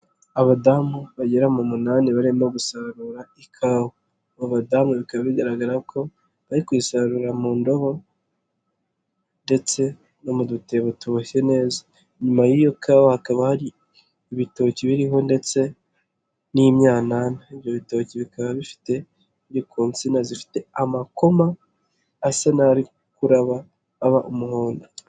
Abadamu bagera mu munani barimo gusarura ikawa, abo badamu bikaba bigaragara ko bari kuyisarurira mu ndobo ndetse no mu dutebo tuboshye neza, inyuma y'iyo kawa hakaba hari ibitoki biriho ndetse n'imyanana, ibyo bitoki bikaba bifite, biri ku nsina zifite amakoma asa n'ari kuraba aba umuhondo.